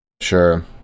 Sure